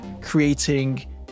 creating